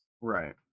Right